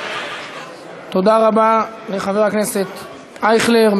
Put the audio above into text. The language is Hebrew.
תודה רבה לחבר הכנסת אייכלר.